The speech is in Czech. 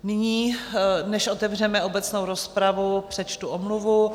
Nyní, než otevřeme obecnou rozpravu, přečtu omluvu.